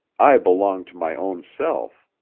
i belong to my own self.